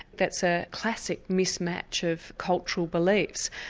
that's a classic mismatch of cultural beliefs.